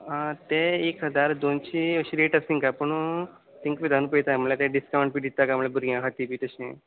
आं तें एक हजार दोनशी अशी रेट आस तेंकां पुण तेंक पळयता म्हणल्यार ते डिसकावंट बी दिता का म्हणल्यार भुरग्यां खातीर बी तशें